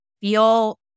feel